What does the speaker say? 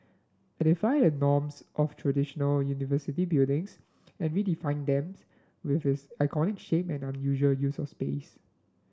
it defy the norms of traditional university buildings and redefine them with its iconic shape and unusual use of space